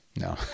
No